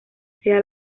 sea